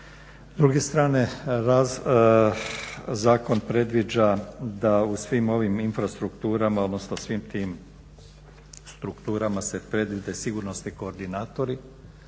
druge strane zakon predviđa da u svim ovim infrastrukturama, odnosno svim tim strukturama se predvide sigurnosni koordinatori.